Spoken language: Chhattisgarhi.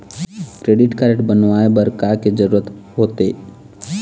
क्रेडिट कारड बनवाए बर का के जरूरत होते?